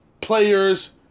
players